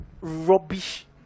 rubbish